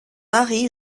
mari